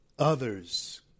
Others